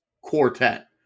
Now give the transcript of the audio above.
quartet